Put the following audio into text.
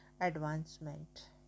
advancement